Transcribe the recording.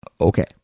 Okay